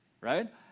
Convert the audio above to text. Right